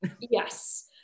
Yes